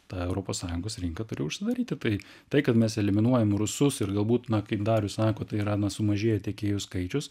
ta europos sąjungos rinka turi užsidaryti tai tai kad mes eliminuojam rusus ir galbūt na kaip darius sako tai yra na sumažėja tiekėjų skaičius